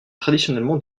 traditionnellement